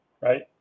right